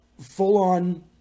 full-on